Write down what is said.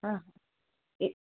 অঁ এই